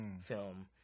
film